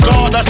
God